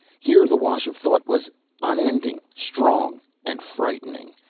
here the wash of thought was unending, strong and frightening.